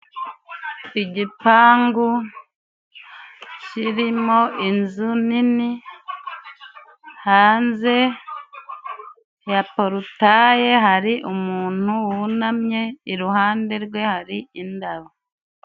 Igipangu kirimo inzu nini hanze ya porutaye hari umuntu wunamye iruhande rwe hari indabo.